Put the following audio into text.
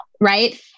right